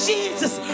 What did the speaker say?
Jesus